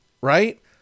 right